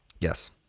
Yes